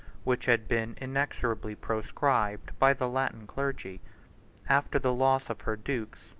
which had been inexorably proscribed by the latin clergy after the loss of her dukes,